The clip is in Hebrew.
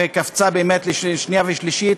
והיא קפצה לשנייה ושלישית.